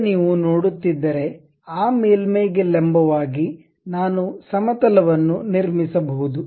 ಈಗ ನೀವು ನೋಡುತ್ತಿದ್ದರೆ ಆ ಮೇಲ್ಮೈಗೆ ಲಂಬವಾಗಿ ನಾನು ಸಮತಲವನ್ನು ನಿರ್ಮಿಸಬಹುದು